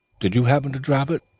did you happen to drop it?